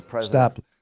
Stop